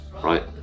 right